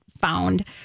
found